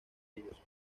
ellos